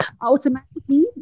automatically